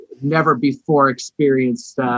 never-before-experienced